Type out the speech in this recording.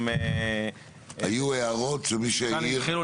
היו הערות שמישהו התחיל.